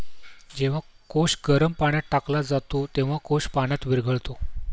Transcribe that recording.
जेव्हा कोश गरम पाण्यात टाकला जातो, तेव्हा कोश पाण्यात विरघळतो